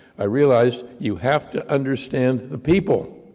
i realized, you have to understand the people.